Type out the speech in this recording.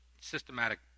systematic